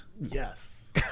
yes